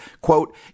quote